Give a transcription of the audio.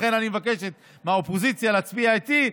לכן אני מבקשת מהאופוזיציה להצביע איתי,